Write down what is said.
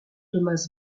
thomas